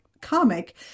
comic